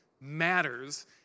matters